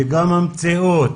וגם המציאות